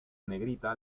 negrita